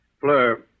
Fleur